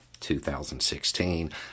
2016